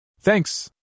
Thanks